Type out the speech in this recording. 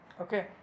okay